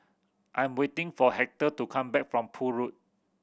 I am waiting for Hector to come back from Poole Road